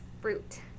fruit